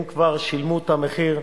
הם כבר שילמו את המחיר,